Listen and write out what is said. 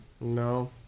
No